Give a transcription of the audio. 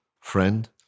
friend